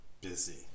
busy